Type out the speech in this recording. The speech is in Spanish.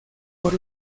por